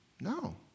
No